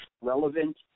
relevant